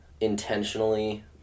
intentionally